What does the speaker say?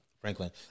Franklin